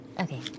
Okay